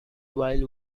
while